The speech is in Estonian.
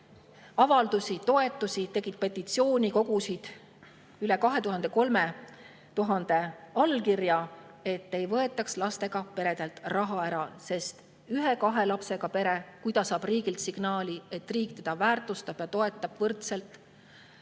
avaldusi, tegid petitsiooni, kogusid üle 23 000 allkirja, et ei võetaks lastega peredelt raha ära. Ühe-kahe lapsega pere, kui ta saab riigilt signaali, et riik teda väärtustab ja toetab võrdselt,